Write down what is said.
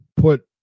put